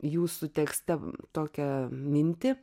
jūsų tekste tokią mintį